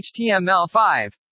HTML5